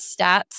stats